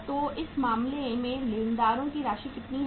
तो इस मामले में लेनदारों की राशि कितनी है